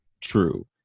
true